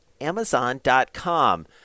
Amazon.com